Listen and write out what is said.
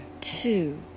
two